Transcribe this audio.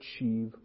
achieve